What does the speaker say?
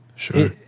Sure